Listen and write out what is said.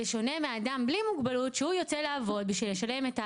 בשונה מאדם בלי מוגבלות שהוא יוצא לעבוד בשביל לשלם את הארנונה,